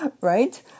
right